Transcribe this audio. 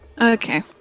Okay